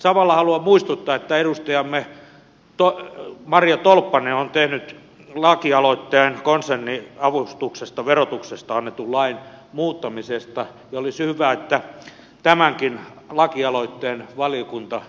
samalla haluan muistuttaa että edustajamme maria tolppanen on tehnyt lakialoitteen konserniavustuksesta verotuksessa annetun lain muuttamisesta ja olisi hyvä että tämänkin lakialoitteen valiokunta ottaisi huomioon